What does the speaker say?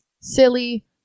Silly